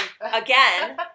again